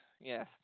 yes